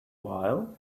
while